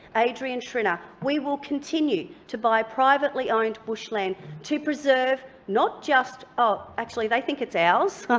adrian schrinner, we will continue to buy privately owned bushland to preserve not just oh actually they think it's ours.